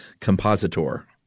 compositor